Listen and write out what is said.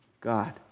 God